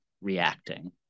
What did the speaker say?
reacting